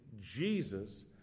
Jesus